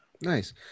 Nice